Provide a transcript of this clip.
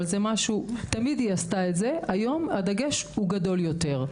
תמיד היא עשתה את זה והיום הדגש גדול יותר.